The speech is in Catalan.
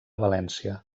valència